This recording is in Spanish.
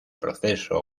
proceso